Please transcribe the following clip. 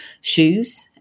Shoes